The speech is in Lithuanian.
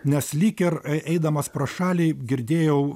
nes lyg ir eidamas pro šalį girdėjau